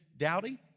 Dowdy